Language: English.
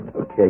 Okay